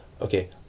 okay